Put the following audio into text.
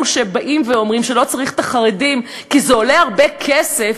אלו שבאים ואומרים שלא צריך את החרדים כי זה עולה הרבה כסף,